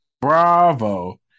Bravo